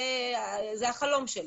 זה החלום שלי.